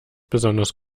besonders